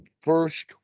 first